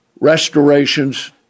restorations